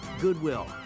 Goodwill